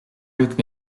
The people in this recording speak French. luc